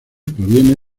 proviene